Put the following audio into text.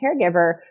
caregiver